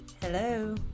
Hello